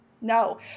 No